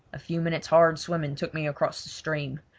a few minutes' hard swimming took me across the stream.